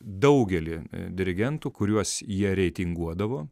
daugelį dirigentų kuriuos jie reitinguodavo